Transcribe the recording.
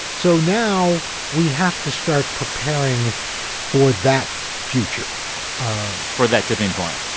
so now we have to start preparing for that future ah for that tipping point.